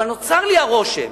אבל נוצר לי הרושם